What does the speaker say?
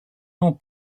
non